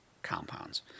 compounds